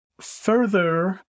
further